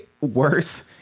worse